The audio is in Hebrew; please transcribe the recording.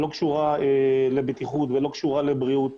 לא קשורה לבטיחות ולא קשורה לבריאות.